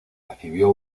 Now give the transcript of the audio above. recibió